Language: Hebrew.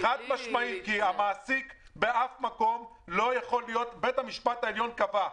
כי המעסיק באף מקום לא יכול להיות בית המשפט העליון קבע: